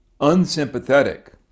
unsympathetic